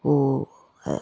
ஓ